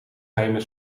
geheime